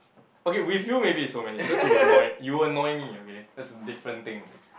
okay with you maybe it's so many cause you will annoy you will annoy me okay that's the different thing